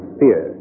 fear